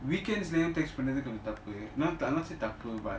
weekends never text பண்றது கொஞ்சம் தப்பு:panrathu konjam thappu I'll not say தப்பு:thappu